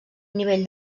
nivell